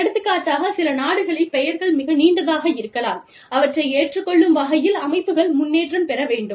எடுத்துக்காட்டாக சில நாடுகளில் பெயர்கள் மிக நீண்டதாக இருக்கலாம் அவற்றை ஏற்றுக் கொள்ளும் வகையில் அமைப்புகள் முன்னேற்றம் பெற வேண்டும்